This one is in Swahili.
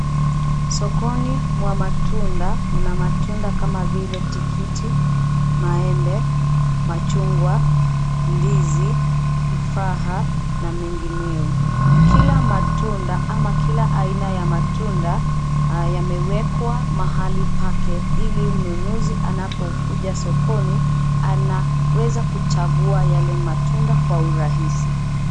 Sokoni mwa matunda, mna matunda kama vile : tikiti, maembe, machungwa, ndizi, tufaha na mengineo. Kila matunda ama kila aina ya matunda, yamewekwa mahali pake, ili mnunuzi anapokuja sokoni , anaweza kuchagua yale matunda kwa urahisi.